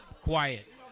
Quiet